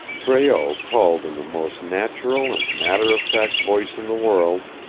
breault called in the most natural and matter-of-fact voice in the world,